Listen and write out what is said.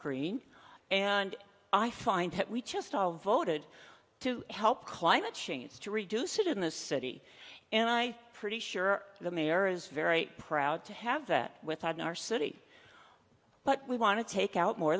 and i find that we just all voted to help climate change to reduce it in the city and i pretty sure the mayor is very proud to have that within our city but we want to take out more